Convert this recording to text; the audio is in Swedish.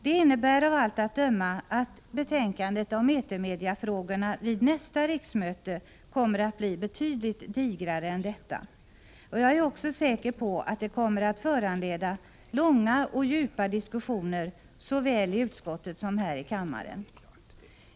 Det innebär av allt att döma, att betänkandet om etermediafrågorna vid nästa riksmöte kommer att bli betydligt digrare än detta. Jag är också säker på att det kommer att föranleda långa och djupa diskussioner såväl i utskottet som här i kammaren.